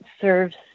serves